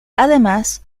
además